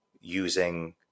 using